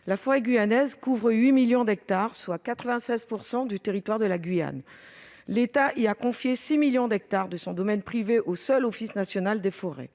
la forêt couvre 8 millions d'hectares, soit 96 % du territoire. Or l'État a confié 6 millions d'hectares de son domaine privé au seul Office national des forêts.